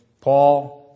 Paul